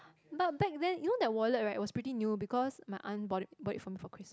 but back then you know that wallet right it was pretty new because my aunt brought it brought it for me for Christmas